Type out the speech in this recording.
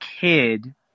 kid